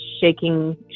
shaking